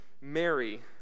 Mary